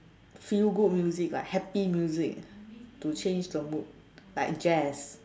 feel good music like happy music to change the mood like jazz